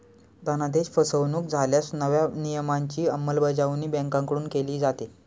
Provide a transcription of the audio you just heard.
धनादेश फसवणुक झाल्यास नव्या नियमांची अंमलबजावणी बँकांकडून केली जाते